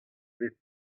bet